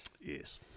Yes